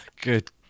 Good